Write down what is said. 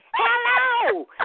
hello